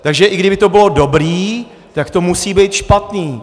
Takže i kdyby to bylo dobré, tak to musí být špatné.